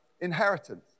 inheritance